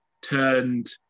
turned